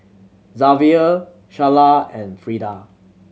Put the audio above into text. Zavier Sharla and Freeda